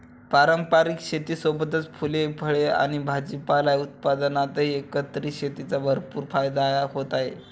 पारंपारिक शेतीसोबतच फुले, फळे आणि भाजीपाला उत्पादनातही एकत्रित शेतीचा भरपूर फायदा होत आहे